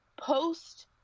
Post